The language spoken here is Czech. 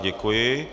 Děkuji.